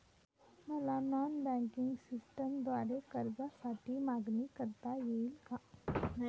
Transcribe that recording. मला non banking सिस्टमद्वारे कर्जासाठी मागणी करता येईल का?